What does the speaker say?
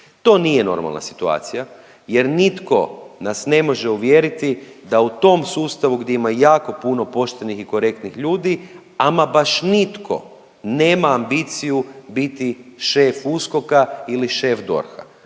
To nije normalna situacija, jer nitko nas ne može uvjeriti da u tom sustavu gdje ima jako puno poštenih i korektnih ljudi ama baš nitko nema ambiciju biti šef USKOK-a ili šef DORH-a.